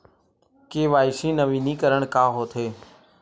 KYC नवीनीकरण का होथे?